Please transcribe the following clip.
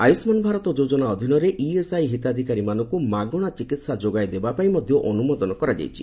ଆୟୁଷ୍ମାନ୍ ଭାରତ ଯୋଜନା ଅଧୀନରେ ଇଏସ୍ଆଇ ହିତାଧିକାରୀମାନଙ୍କୁ ମାଗଣା ଚିକିତ୍ସା ଯୋଗାଇ ଦେବା ପାଇଁ ମଧ୍ୟ ଅନୁମୋଦନ କରାଯାଇଛି